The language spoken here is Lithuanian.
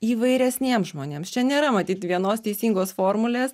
įvairesniems žmonėms čia nėra matyt vienos teisingos formulės